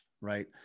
right